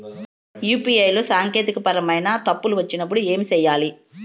UPI లో సాంకేతికపరమైన పరమైన తప్పులు వచ్చినప్పుడు ఏమి సేయాలి